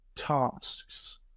tasks